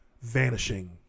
vanishing